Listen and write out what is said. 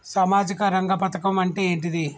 సామాజిక రంగ పథకం అంటే ఏంటిది?